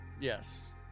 Yes